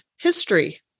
history